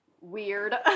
weird